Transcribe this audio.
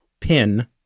pin